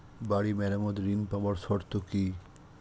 বাড়ি মেরামত ঋন পাবার শর্ত কি?